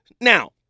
Now